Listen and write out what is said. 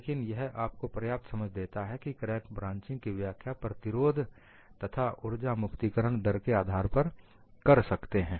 लेकिन यह आपको पर्याप्त समझ देता है कि क्रैक ब्रांचिंग की व्याख्या प्रतिरोध तथा उर्जा मुक्तिकरण दर के आधार पर कर सकते हैं